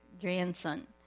grandson